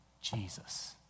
Jesus